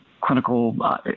clinical –